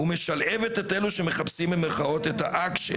ומשלהבת את אלה המחפשים את ה"אקשן".